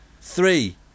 Three